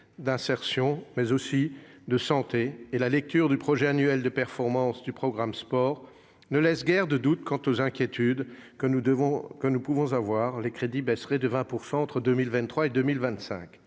d'insertion, mais aussi de santé. La lecture du projet annuel de performance du programme « Sport » n'apaise nullement les inquiétudes que nous pouvons avoir : les crédits baisseraient de 20 % entre 2023 et 2025.